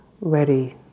ready